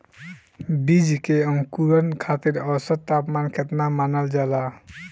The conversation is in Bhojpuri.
बीज के अंकुरण खातिर औसत तापमान केतना मानल जाला?